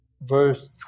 verse